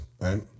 right